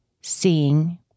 seeing